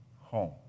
home